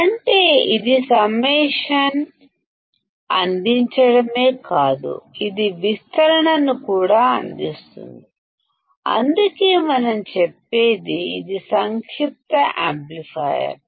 అంటే ఇది సమ్మేషన్ను అందించడమే కాదు ఇది యాంప్లిఫికేషన్ ను కూడా అందిస్తోంది అందుకే మనం అంటాము ఇది సమ్మింగ్ యాంప్లిఫైయర్ అని